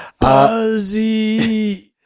Buzzy